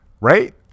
Right